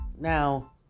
Now